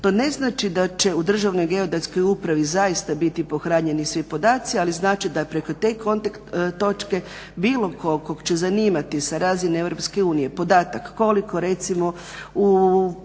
To ne znači da će u državnoj geodetskoj upravi zaista biti pohranjeni svi podaci ali znači da preko te kontakt točke bilo kog tko će zanimati sa razine EU podatak koliko recimo na